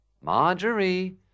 Marjorie